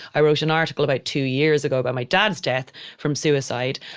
i wrote an article about two years ago about my dad's death from suicide.